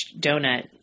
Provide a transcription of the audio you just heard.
donut